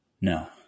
No